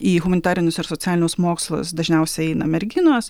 į humanitarinius ir socialinius mokslus dažniausiai eina merginos